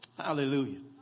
Hallelujah